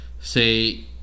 say